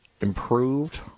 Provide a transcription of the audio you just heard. improved